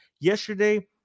yesterday